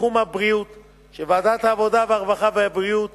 בתחום הבריאות שוועדת העבודה, הרווחה והבריאות